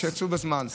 שיצאו בזמן.